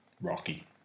Rocky